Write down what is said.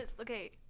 Okay